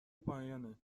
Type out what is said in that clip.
پایانه